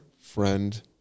friend